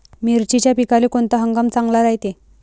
मिर्चीच्या पिकाले कोनता हंगाम चांगला रायते?